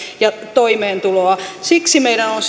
ja toimeentuloa siksi meidän on